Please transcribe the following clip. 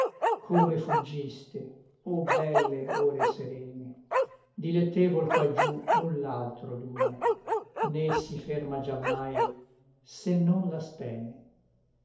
come fuggiste o belle ore serene dilettevol quaggiù null'altro dura né si ferma giammai se non la spene